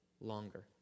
longer